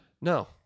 No